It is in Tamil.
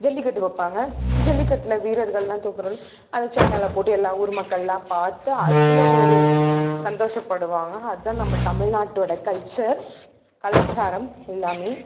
ஜல்லிக்கட்டு வைப்பாங்க ஜல்லிக்கட்டில் வீரர்கள் எல்லாம் தோக்குறளவுக்கு அதை சேனலில் போட்டு எல்லா ஊர் மக்கள் எல்லாம் பார்த்து அதில் ஒரு சந்தோஷப்படுவாங்க அதான் நம்ம தமிழ்நாட்டோட கல்ச்சர் கலாச்சாரம் எல்லாமே